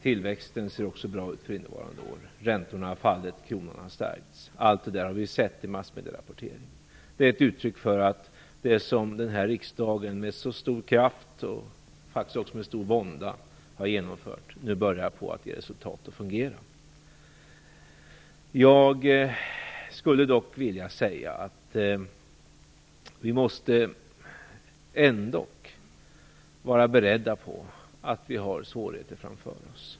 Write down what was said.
Tillväxten för innevarande år ser också bra ut. Räntorna har fallit, kronan har stärkts. Vi har sett allt detta i massmediernas rapportering. Det är ett uttryck för att det som den här riksdagen med så stor kraft, och faktiskt också med stor vånda, har genomfört nu börjar ge resultat och fungera. Jag skulle dock vilja säga att vi ändå måste vara beredda på att vi har svårigheter framför oss.